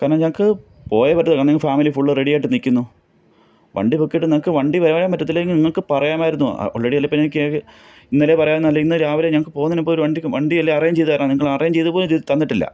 കാരണം ഞങ്ങൾക്ക് പോയെ പറ്റത്തുള്ളു കാരണം ഞങ്ങൾ ഫാമിലി ഫുൾ റെഡിയായിട്ട് നിൽക്കുന്നു വണ്ടി ബുക്ക് ചെയ്തിട്ട് നിങ്ങൾക്ക് വണ്ടി വരാൻ പറ്റത്തില്ലെങ്കിൽ നിങ്ങൾക്ക് പറയാമായിരുന്നു ഓൾറെഡി അല്ലെങ്കിൽപ്പിന്നെ ഇന്നലെ പറയാം എന്ന് അല്ലെങ്കിൽ ഇന്നു രാവിലെ ഞങ്ങൾക്ക് പോകുന്നതിന് മുമ്പ് ഒരു വണ്ടിക്ക് വണ്ടി അല്ലെങ്കിൽ അറേഞ്ച് ചെയ്തു തരണം നിങ്ങൾ അറേഞ്ച് ചെയ്തുപോലും തന്നിട്ടില്ല